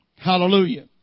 Hallelujah